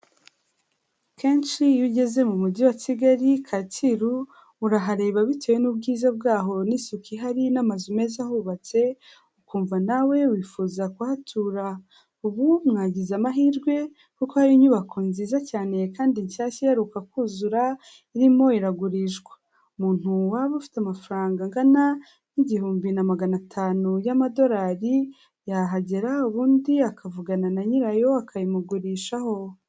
Kenshi iyo ugeze mu mujyi wa kigali kacyiru urahareba bitewe n'ubwiza bwaho n'isuku ihari n'amazu meza ahubatse ukumva nawe wifuza kuhatura ubu mwagize amahirwe kuko hari inyubako nziza cyane kandi nshyashya iheruka kuzura irimo iragurishwa umuntu waba ufite amafaranga angana n'igihumbi na magana atanu y'amadolari yahagera ubundi akavugana na nyirayo akayimugurishaho.